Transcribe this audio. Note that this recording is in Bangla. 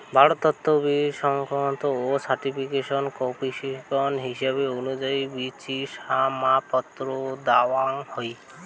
ভারতত বীচি সংরক্ষণ ও সার্টিফিকেশন কর্পোরেশনের হিসাব অনুযায়ী বীচির মানপত্র দ্যাওয়াং হই